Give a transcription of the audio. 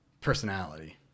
personality